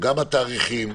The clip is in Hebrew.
גם התאריכים,